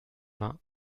vingts